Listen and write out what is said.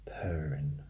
purring